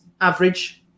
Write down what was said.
average